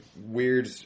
weird